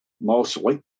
mostly